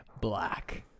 Black